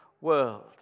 world